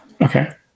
Okay